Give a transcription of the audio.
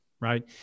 Right